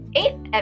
eighth